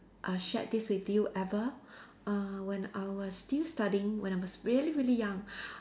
err shared this with you ever err when I was still studying when I was really really young